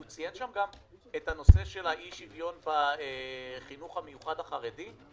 הוא ציין שם גם את הנושא של האי שוויון בחינוך המיוחד החרדי?